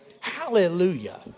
Hallelujah